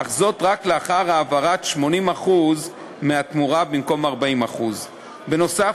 אך רק לאחר העברת 80% מהתמורה במקום 40%. בנוסף,